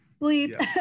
bleep